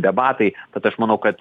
debatai bet aš manau kad